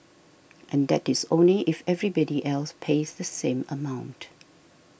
and that is only if everybody else pays the same amount